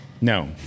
No